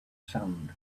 sand